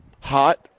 hot